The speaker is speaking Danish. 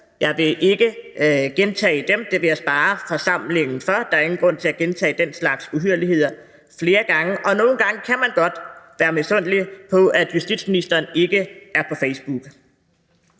Jeg vil ikke gentage dem, det vil jeg spare forsamlingen for, da der ikke er nogen grund til at gentage den slags uhyrligheder flere gange. Nogle gange kan man godt blive misundelig på justitsministeren, fordi han ikke er på Facebook,